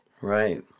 Right